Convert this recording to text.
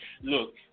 look